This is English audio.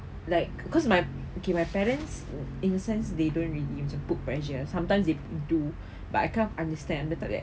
like cause my okay my my parents in a sense they don't really macam put pressure sometimes they do but I kind of understand but top that